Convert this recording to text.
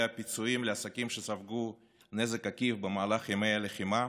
הפיצויים לעסקים שספגו נזק עקיף במהלך ימי הלחימה.